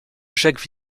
jacques